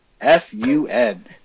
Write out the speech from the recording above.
F-U-N